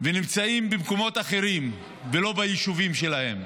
נמצאים במקומות אחרים, לא ביישובים שלהם.